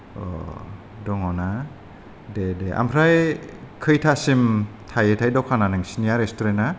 अ दङ ना दे दे ओमफ्राय खोयथासिम थायोथाय द'खाना नोंसिनिया रेस्टुरेन्टया